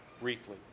briefly